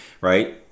right